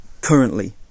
currently